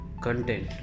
content